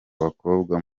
abakobwa